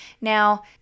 Now